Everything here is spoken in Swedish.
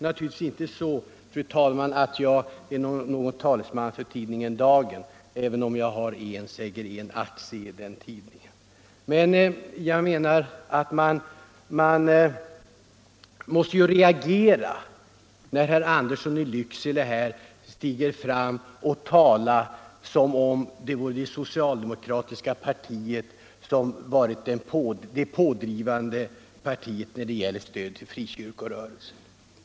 Jag är inte någon talesman för tidningen Dagen, även om jag har en, säger en, aktie i den, men jag reagerar när herr Andersson i Lycksele stiger fram och talar som om det socialdemokratiska partiet hade varit det pådrivande partiet när det gäller stöd till frikyrkorörelsen.